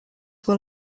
were